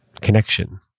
Connection